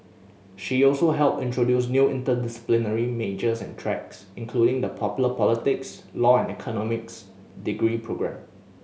she also helped introduce new interdisciplinary majors and tracks including the popular politics law and economics degree programme